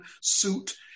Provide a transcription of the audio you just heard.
suit